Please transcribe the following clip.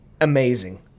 amazing